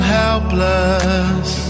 helpless